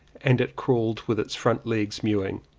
and it crawled with its front legs, mewing.